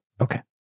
Okay